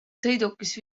sõidukis